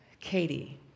Katie